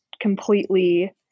completely